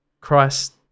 Christ